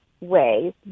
ways